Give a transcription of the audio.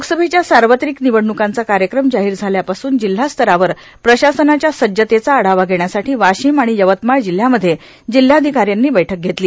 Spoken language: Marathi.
लोकसभेच्या सार्वत्रिक निवडणुकांचा कार्यक्रम जाहीर झाल्यापासून जिल्हास्तरावर प्रशासनाच्या सज्जतेचा आढावा घेण्यासाठी वाशिम आणि यवतमाळ जिल्ह्यामध्ये जिल्हाधिकाऱ्यांनी बैठक घेतली